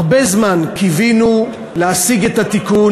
הרבה זמן קיווינו להשיג את התיקון.